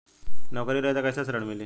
नौकरी रही त कैसे ऋण मिली?